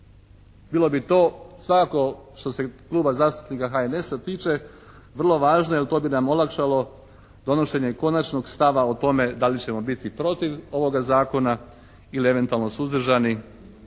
Bilo bi to svakako što se Kluba zastupnika HNS-a tiče vrlo važno jer to bi nam olakšalo donošenje i konačnog stava o tome da li ćemo biti protiv ovoga zakona ili eventualno suzdržani.